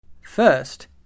First